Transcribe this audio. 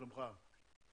יש שבוע נוסף זמן.